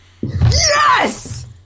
Yes